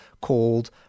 called